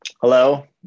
Hello